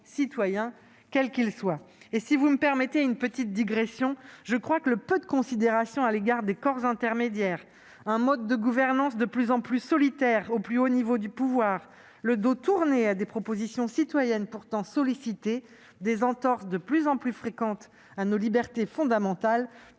citoyen, quel qu'il soit. Si vous me permettez une petite digression, je dirai que le peu de considération à l'égard des corps intermédiaires, un mode de gouvernance de plus en plus solitaire au plus haut niveau du pouvoir, le dos tourné aux propositions citoyennes pourtant sollicitées, les entorses de plus en plus fréquentes à nos libertés fondamentales